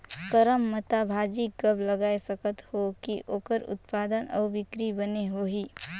करमत्ता भाजी कब लगाय सकत हो कि ओकर उत्पादन अउ बिक्री बने होही?